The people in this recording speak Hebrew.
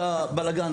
את הבלגאן.